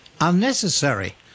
unnecessary